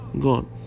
God